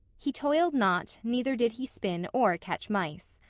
he toiled not neither did he spin or catch mice.